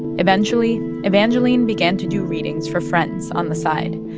eventually, evangeline began to do readings for friends on the side.